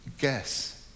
guess